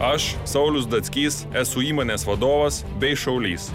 aš saulius datskys esu įmonės vadovas bei šaulys